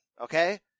Okay